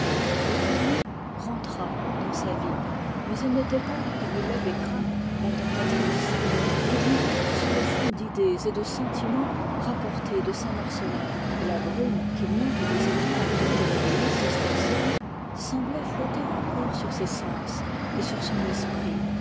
et fanny rentra dans sa vie mais elle n'était pas comme il l'avait craint la tentatrice il vivait sur le fonds d'idées et de sentiments rapportés de saint marcellin et la brume qui monte des étangs autour de l'abbaye cistercienne semblait flotter encore sur ses sens et sur son esprit